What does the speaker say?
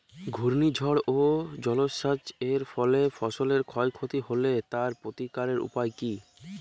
ঘূর্ণিঝড় ও জলোচ্ছ্বাস এর ফলে ফসলের ক্ষয় ক্ষতি হলে তার প্রতিকারের উপায় কী?